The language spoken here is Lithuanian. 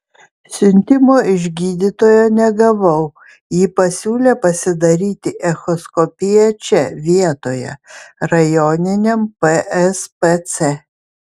siuntimo iš gydytojo negavau ji pasiūlė pasidaryti echoskopiją čia vietoje rajoniniam pspc